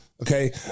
Okay